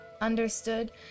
understood